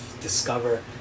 discover